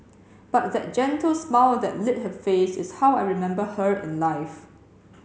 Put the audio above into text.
but that gentle smile that lit her face is how I remember her in life